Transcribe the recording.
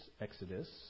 Exodus